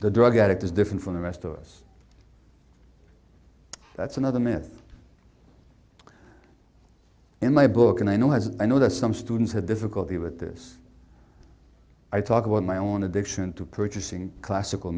the drug addict is different from the rest of us that's another myth in my book and i know as i know that some students have difficulty with this i talk about my own addiction to purchasing classical